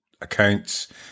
accounts